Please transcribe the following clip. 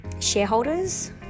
shareholders